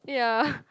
ya